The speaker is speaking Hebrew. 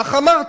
כך אמרת,